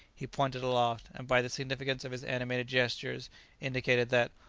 he pointed aloft, and by the significance of his animated gestures indicated that,